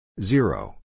zero